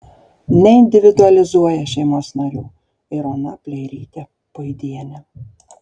neindividualizuoja šeimos narių ir ona pleirytė puidienė